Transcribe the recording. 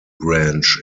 branch